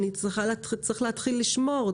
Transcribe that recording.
צריך להתחיל לשמור,